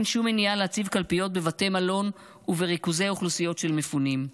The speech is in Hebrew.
אין שום מניעה להציב קלפיות בבתי מלון ובריכוזי אוכלוסיות של מפונים,